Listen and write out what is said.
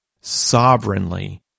sovereignly